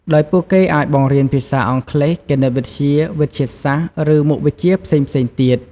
ដោយពួកគេអាចបង្រៀនភាសាអង់គ្លេស គណិតវិទ្យា វិទ្យាសាស្ត្រ ឬមុខវិជ្ជាផ្សេងៗទៀត។